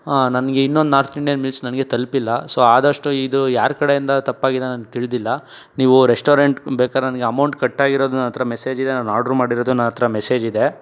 ಹಾಂ ನನಗೆ ಇನ್ನೊಂದು ನಾರ್ತ್ ಇಂಡಿಯನ್ ಮೀಲ್ಸ್ ನನಗೆ ತಲುಪಿಲ್ಲ ಸೊ ಆದಷ್ಟು ಇದು ಯಾರ ಕಡೆಯಿಂದ ತಪ್ಪಾಗಿದೆ ನನಗೆ ತಿಳಿದಿಲ್ಲ ನೀವು ರೆಸ್ಟೋರೆಂಟ್ಗೆ ಬೇಕಾದ್ರೆ ನನಗೆ ಅಮೌಂಟ್ ಕಟ್ಟಾಗಿರೋದು ನನ್ನ ಹತ್ರ ಮೆಸ್ಸೇಜಿದೆ ನಾನು ಆರ್ಡ್ರ್ ಮಾಡಿರೋದು ನನ್ನ ಹತ್ರ ಮೆಸ್ಸೇಜಿದೆ